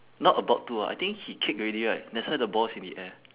not about to ah I think he kick already right that's why the ball's in the air